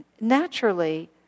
naturally